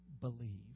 believe